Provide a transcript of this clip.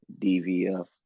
DVF